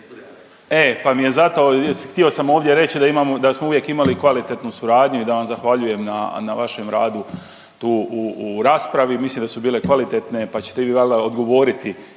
E, pa mi je zato, htio sam ovdje reći da imamo, da smo uvijek imali kvalitetnu suradnju i da vam zahvaljujem na vašem radu tu u raspravi. Mislim da su bile kvalitetne, pa ćete vi valjda odgovoriti